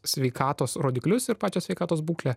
sveikatos rodiklius ir pačią sveikatos būklę